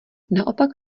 naopak